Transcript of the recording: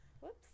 Whoops